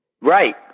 Right